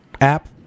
app